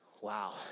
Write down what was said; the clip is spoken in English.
wow